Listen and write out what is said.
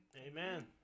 Amen